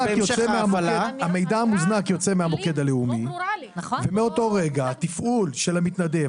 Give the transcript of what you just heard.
יוצא מהמוקד הלאומי ומאותו רגע התפעול של המתנדב,